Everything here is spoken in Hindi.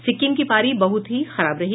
सिक्किम की पारी बहुत ही खराब रही